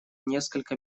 несколько